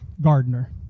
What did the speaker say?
gardener